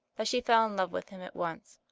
that she fell in love with him at once.